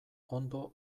ondo